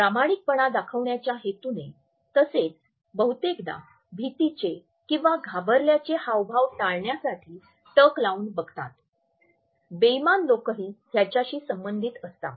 प्रामाणिकपणा दाखवण्याच्या हेतूने तसेच बहुतेकदा भीतीचे किंवा घाबरल्याचे हावभाव टाळण्यासाठी टक लावून पाहतात बेईमान लोकही ह्याच्याशी संबंधित असतात